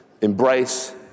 embrace